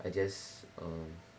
I just um